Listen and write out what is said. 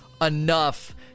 enough